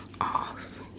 off